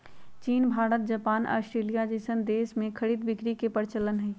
चीन Bharat Japan Australia जइसन देश में खरीद बिक्री के परचलन हई